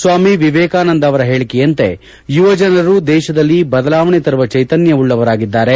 ಸ್ವಾಮಿ ವಿವೇಕಾನಂದ ಅವರ ಹೇಳಿಕೆಯಂತೆ ಯುವಜನರು ದೇಶದಲ್ಲಿ ಬದಲಾವಣೆ ತರುವ ಚೈತನ್ಯ ಶಕ್ತಿವುಳ್ಳವರಾಗಿದ್ದಾರೆ